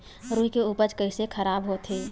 रुई के उपज कइसे खराब होथे?